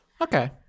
Okay